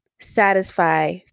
satisfy